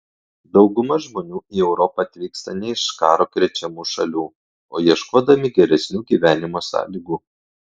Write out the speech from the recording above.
dauguma žmonių į europą atvyksta ne iš karo krečiamų šalių o ieškodami geresnių gyvenimo sąlygų